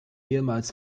ehemals